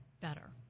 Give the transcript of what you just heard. better